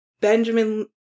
Benjamin